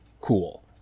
cool